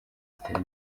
kitari